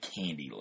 Candyland